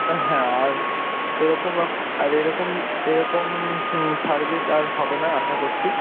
হ্যাঁ আর এরকম আর এরকম এরকম সার্ভিস আর হবে না আশা করছি